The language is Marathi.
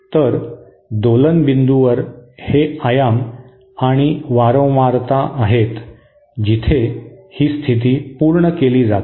तर दोलन बिंदूवर हे आयाम आणि वारंवारता आहेत जिथे ही स्थिती पूर्ण केली जाते